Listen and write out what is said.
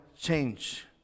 change